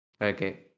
Okay